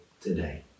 today